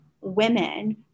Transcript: women